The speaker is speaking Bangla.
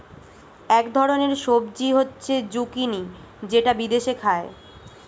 এক ধরনের সবজি হচ্ছে জুকিনি যেটা বিদেশে খায়